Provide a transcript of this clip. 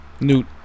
Newt